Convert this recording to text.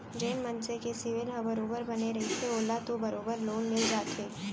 जेन मनसे के सिविल ह बरोबर बने रहिथे ओला तो बरोबर लोन मिल जाथे